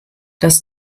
das